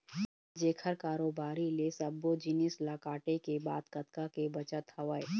जेखर कारोबारी ले सब्बो जिनिस ल काटे के बाद कतका के बचत हवय